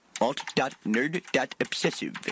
Alt.nerd.obsessive